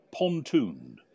pontooned